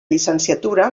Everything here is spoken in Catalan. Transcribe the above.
llicenciatura